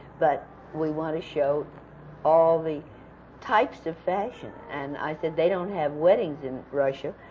but we want to show all the types of fashion. and i said, they don't have weddings in russia,